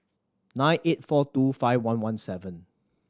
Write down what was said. nine eight four two five one one seven